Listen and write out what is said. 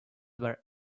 were